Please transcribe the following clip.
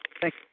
Thank